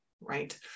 right